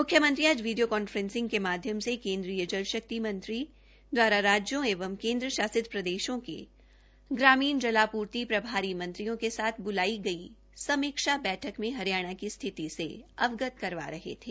म्ख्यमंत्री आज video conferencing के माध्यम से केन्द्रीय जल शक्ति मंत्री श्री गजेन्द्र सिंह शेखावत दवारा राज्यों एवं केन्द्र शासित प्रदेशों के ग्रामीण जलापूर्ति प्रभारी मंत्रियों के साथ ब्लाई गई समीक्षा बैठक में हरियाणा की स्थिति से अवगत करवा रहे थे